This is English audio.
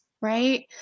Right